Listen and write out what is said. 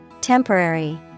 temporary